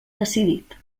decidit